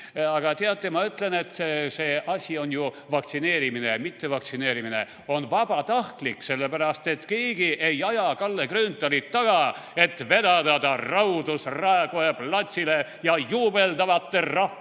jah. Teate, ma ütlen, et see asi, vaktsineerimine/mittevaktsineerimine on ju vabatahtlik, sellepärast et keegi ei aja Kalle Grünthalit taga, et vedada ta raudus Raekoja platsile ja juubeldavate rahvahulkade